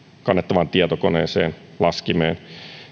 kannettavaan tietokoneeseen laskimeen